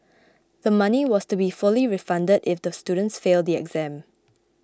the money was to be fully refunded if the students fail the exams